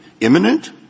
imminent